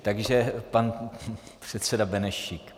Takže pan předseda Benešík.